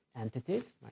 entities